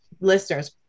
listeners